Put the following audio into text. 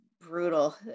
brutal